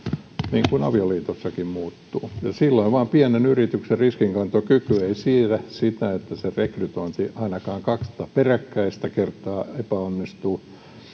niin kuin avioliitossakin muuttuu niin silloin pienen yrityksen riskinkantokyky ei vain siedä sitä että rekrytointi ainakaan kahta peräkkäistä kertaa epäonnistuu